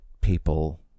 people